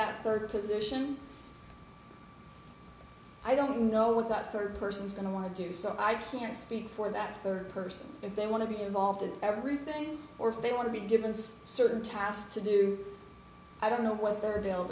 that third position i don't know what that third person is going to want to do so i can't speak for that person if they want to be involved in everything or if they want to be given to certain tasks to do i don't know what their